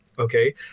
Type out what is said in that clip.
Okay